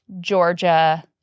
Georgia